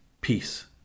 Peace